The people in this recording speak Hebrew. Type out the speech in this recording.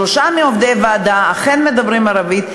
שלושה מעובדי הוועדה אכן מדברים ערבית,